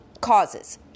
causes